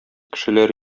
кешеләр